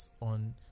on